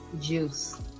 juice